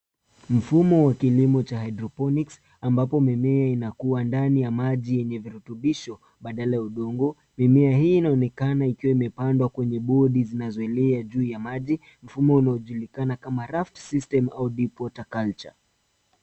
Mfumo wa kilimo cha hydroponics ambapo mimea inakuua ndnai ya maji ya virutubisho badala ya udongo. Mimea hii inaonekana ikiwa imepandwa kwenye bodi zinazoelea juu ya maji. Mfumo unaojulikana kama raft system au deporter culture .